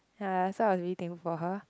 ya so I was really thankful for her